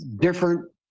different